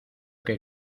que